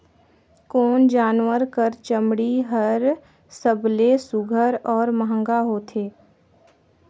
कोन जानवर कर चमड़ी हर सबले सुघ्घर और महंगा होथे?